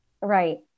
Right